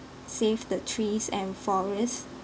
save the trees and forests